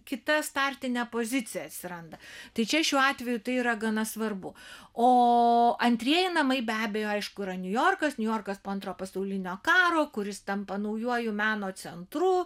kita startinė pozicija atsiranda tai čia šiuo atveju tai yra gana svarbu o antrieji namai be abejo aišku yra niujorkas niujorkas po antro pasaulinio karo kuris tampa naujuoju meno centru